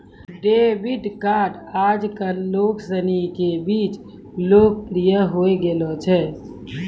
debit card आजकल लोग सनी के बीच लोकप्रिय होए गेलो छै